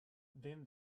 then